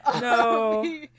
No